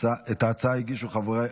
את ההצעה הגישו חברי